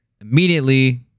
immediately